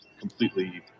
completely